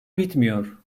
bitmiyor